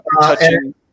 touching